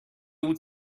بود